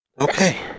Okay